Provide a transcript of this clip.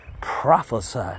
prophesy